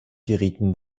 gerieten